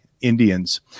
Indians